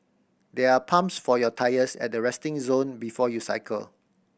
there are pumps for your tyres at the resting zone before you cycle